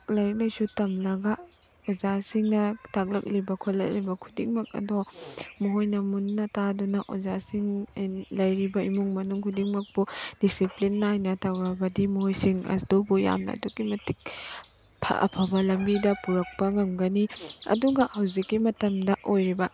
ꯂꯥꯏꯔꯤꯛ ꯂꯥꯏꯁꯨ ꯇꯝꯅꯕ ꯑꯣꯖꯥꯁꯤꯡꯅ ꯇꯥꯛꯂꯛꯂꯤꯕ ꯈꯣꯠꯂꯛꯂꯤꯕ ꯈꯨꯗꯤꯡꯃꯛ ꯑꯗꯣ ꯃꯈꯣꯏꯅ ꯃꯨꯟꯅ ꯇꯥꯗꯨꯅ ꯑꯣꯖꯥꯁꯤꯡ ꯂꯩꯔꯤꯕ ꯏꯃꯨꯡ ꯃꯅꯨꯡ ꯈꯨꯗꯤꯡꯃꯛꯄꯨ ꯗꯤꯁꯤꯄ꯭ꯂꯤꯟ ꯅꯥꯏꯅ ꯇꯧꯔꯕꯗꯤ ꯃꯈꯣꯁꯤꯡ ꯑꯗꯨꯕꯨ ꯌꯥꯝꯅ ꯑꯗꯨꯛꯀꯤ ꯃꯇꯤꯛ ꯑꯐꯕ ꯂꯝꯕꯤꯗ ꯄꯨꯔꯛꯄ ꯉꯝꯒꯅꯤ ꯑꯗꯨꯒ ꯍꯧꯖꯤꯛꯀꯤ ꯃꯇꯝꯗ ꯑꯣꯏꯔꯤꯕ